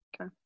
Okay